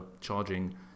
charging